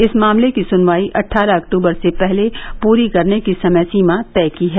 इस मामले की सुनवाई अट्ठारह अक्टूबर से पहले पूरी करने की समय सीमा तय की है